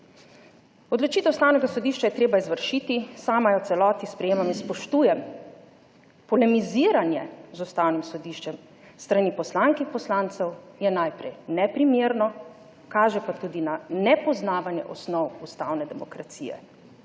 Odločitev Ustavnega sodišča je treba izvršiti, sama jo v celoti sprejemam in spoštujem. Polemiziranje z Ustavnim sodiščem s strani poslank in poslancev je najprej neprimerno, kaže pa tudi na nepoznavanje osnov ustavne demokracije.